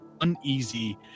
uneasy